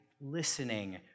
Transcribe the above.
listening